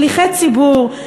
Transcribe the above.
שליחי ציבור.